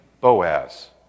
Boaz